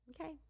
Okay